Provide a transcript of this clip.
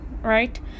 Right